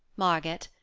marget.